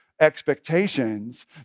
expectations